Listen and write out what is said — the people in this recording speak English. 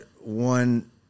one